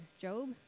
Job